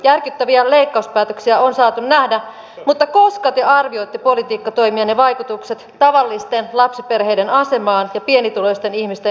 järkyttäviä leikkauspäätöksiä on saatu nähdä mutta koska te arvioitte politiikkatoimienne vaikutukset tavallisten lapsiperheiden asemaan ja pienituloisten ihmisten elämään